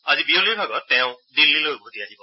আজি বিয়লিৰ ভাগত তেওঁ দিল্লীলৈ উভতি আহিব